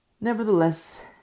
nevertheless